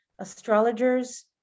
astrologers